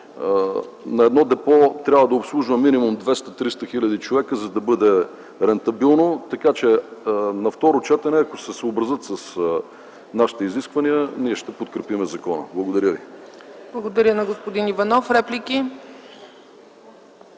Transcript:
като едно депо трябва да обслужва минимум 200-300 000 човека, за да бъде рентабилно, така че на второ четене, ако се съобразят с нашите изисквания, ние ще подкрепим закона. Благодаря ви. ПРЕДСЕДАТЕЛ ЦЕЦКА ЦАЧЕВА: Благодаря на господин Иванов. Реплики?